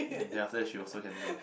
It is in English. and then after that she also can do